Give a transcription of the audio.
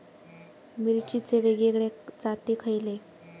मिरचीचे वेगवेगळे जाती खयले?